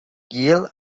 gael